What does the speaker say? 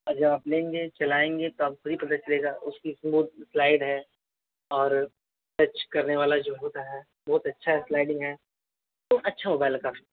और जब आप लेंगे चलाएँगे तो आपको खुद ही पता चलेगा उसकी स्मूद स्लाइड है और टच करने वाला जो होता है बहुत अच्छा स्लायडिंग है तो अच्छा मोबाइल है काफ़ी